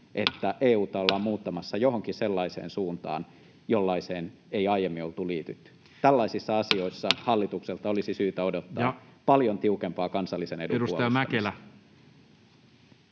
että EU:ta ollaan muuttamassa johonkin sellaiseen suuntaan, jollaiseen ei aiemmin oltu liitytty. Tällaisissa asioissa hallitukselta olisi syytä odottaa paljon tiukempaa kansallisen edun puolustamista.